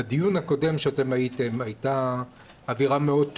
בדיון הקודם שאתם הייתם הייתה אווירה מאוד טעונה,